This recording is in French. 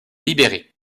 libérés